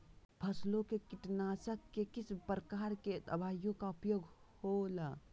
फसलों के कीटनाशक के किस प्रकार के दवाइयों का उपयोग हो ला?